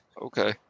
Okay